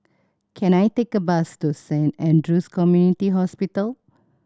can I take a bus to Saint Andrew's Community Hospital